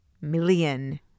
million